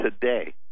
today